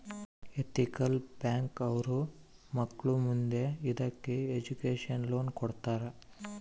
ethical bank ಅವ್ರು ಮಕ್ಳು ಮುಂದೆ ಇದಕ್ಕೆ ಎಜುಕೇಷನ್ ಲೋನ್ ಕೊಡ್ತಾರ